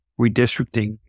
redistricting